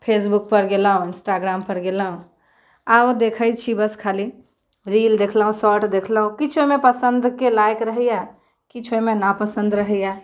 फेसबुकपर गेलहुँ इन्स्टाग्रामपर गेलहुँ आओर ओ देखै छी बस खाली रील देखलहुँ शॉर्टस देखलहुँ किछु ओइमे पसन्दके लायक रहैए किछु ओइमे नापस्सन्द रहैए